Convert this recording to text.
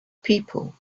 people